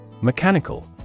Mechanical